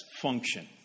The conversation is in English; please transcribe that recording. function